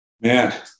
Man